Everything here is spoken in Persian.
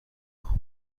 آدم